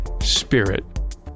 spirit